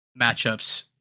matchups